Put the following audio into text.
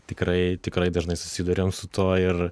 tikrai tikrai dažnai susiduriam su tuo ir